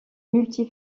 multi